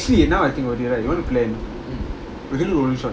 eh actually now I think of it right you want to plan we can do rolling shots